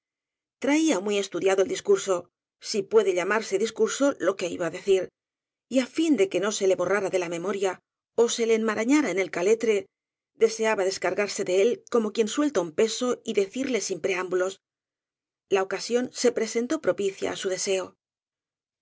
traía muy estudiado el discurso si puede lla marse discurso lo que iba á decir y á fin de que no se le borrara de la memoria ó se le enmarañara en el caletre deseaba descargarse de él como quien suelta un peso y decirle sin preámbulos la oca sión se presentó propicia á su deseo